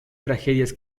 tragedias